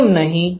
કેમ નહિ